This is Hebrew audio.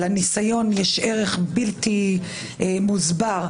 ולניסיון יש ערך בלתי מוסבר.